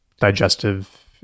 digestive